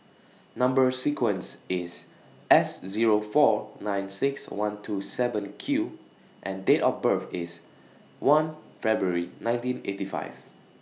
Number sequence IS S Zero four nine six one two seven Q and Date of birth IS one February nineteen eighty five